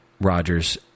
Rogers